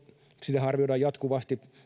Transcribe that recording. sitähän arvioidaan jatkuvasti